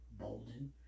Bolden